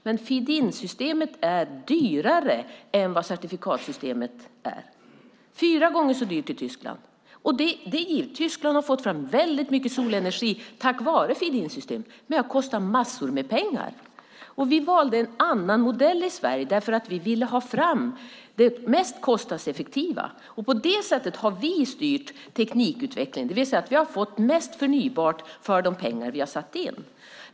Feed-in-systemet är dyrare än vad certifikatsystemet är. Det är fyra gånger så dyrt i Tyskland. Tyskland har fått fram väldigt mycket solenergi tack vare feed-in-system, men det har kostat massor med pengar. Vi valde en annan modell i Sverige därför att vi ville ha fram det mest kostnadseffektiva. På det sättet ha vi styrt teknikutvecklingen och fått mest förnybart för de pengar vi har satt in.